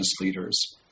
leaders